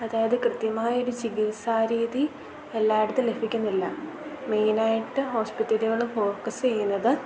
അതായത് കൃത്യമായൊരു ചികിത്സാ രീതി എല്ലായിടത്തും ലഭിക്കുന്നില്ല മെയിനായിട്ട് ഹോസ്പിറ്റലുകൾ ഫോക്കസ് ചെയ്യുന്നത്